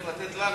שצריך לתת לנו,